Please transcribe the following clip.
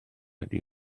ydy